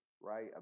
right